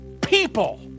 people